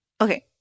Okay